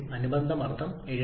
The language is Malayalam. അനുബന്ധ മർദ്ദം 70